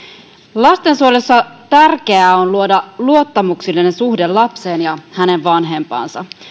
lastensuojelussa tärkeää on luoda luottamuksellinen suhde lapseen ja hänen vanhempaansa